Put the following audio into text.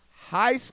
High